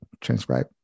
transcribe